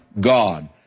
God